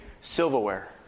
silverware